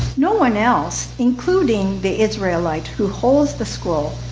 no one else, including the israelite who holds the scroll,